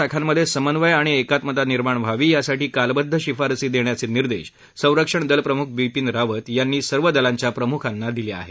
संरक्षण दलाच्या सर्व शाखांमध्ये समन्वय आणि एकात्मता निर्माण व्हावी यासाठी कालबद्व शिफारसी देण्याचे निर्देश संरक्षण दल प्रमुख बिपीन रावत यांनी सर्व दलांच्या प्रमुखांना दिले आहेत